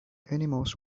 animals